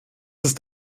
ist